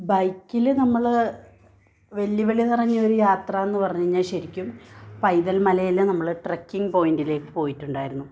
ബൈക്കിൽ നമ്മൾ വെല്ലുവിളി നിറഞ്ഞ ഒരു യാത്ര എന്ന് പറഞ്ഞു കഴിഞ്ഞാൽ ശരിക്കും പൈതൽ മലയിൽ നമ്മൾ ട്രെക്കിംഗ് പോയിൻ്റിലേക്ക് പോയിട്ടുണ്ടായിരുന്നു